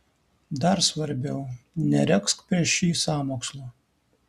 dar svarbiau neregzk prieš jį sąmokslo